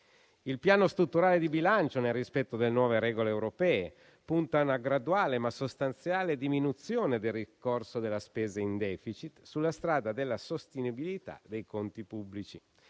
Il Piano strutturale di bilancio, nel rispetto delle nuove regole europee, punta a una graduale, ma sostanziale diminuzione del ricorso della spesa in *deficit* sulla strada della sostenibilità dei conti pubblici.